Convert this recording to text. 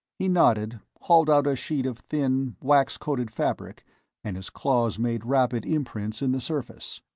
he nodded, hauled out a sheet of thin, wax-coated fabric and his claws made rapid imprints in the surface.